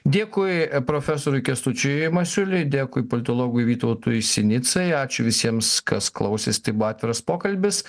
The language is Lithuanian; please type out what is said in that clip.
dėkui profesoriui kęstučiui masiuliui dėkui politologui vytautui sinicai ačiū visiems kas klausės tai buvo atviras pokalbis